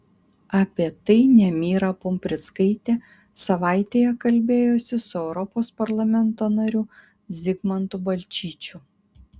apie tai nemira pumprickaitė savaitėje kalbėjosi su europos parlamento nariu zigmantu balčyčiu